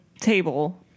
table